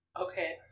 Okay